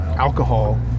Alcohol